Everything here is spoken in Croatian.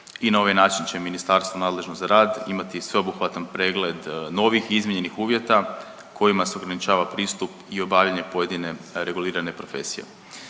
i na ovaj način će ministarstvo nadležno za rad imati sveobuhvatan pregled novih izmijenjenih uvjeta kojima se ograničava pristup i obavljanje pojedine regulirane profesije.